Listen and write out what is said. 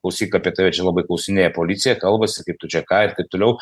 klausyk apie tave čia labai klausinėja policija kalbasi kaip tu čia ką ir taip toliau